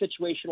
situational